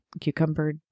cucumber